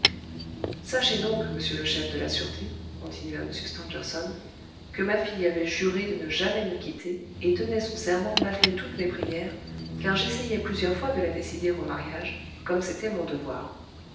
sachez donc monsieur le chef de la sûreté continua m stangerson que ma fille avait juré de ne jamais me quitter et tenait son serment malgré toutes mes prières car j'essayai plusieurs fois de la décider au mariage comme c'était mon devoir